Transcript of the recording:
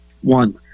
One